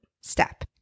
step